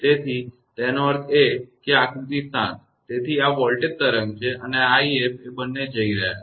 તેથી તેનો અર્થ એ કે આ આકૃતિ 7 તેથી આ વોલ્ટેજ તરંગ છે અને આ 𝑖𝑓 એ બંને જઇ રહયા છે